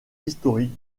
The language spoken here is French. historique